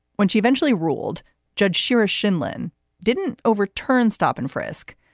when she eventually ruled judge shira shin lynn didn't overturn stop and frisk,